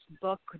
book